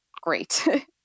great